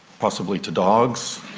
possibly to dogs,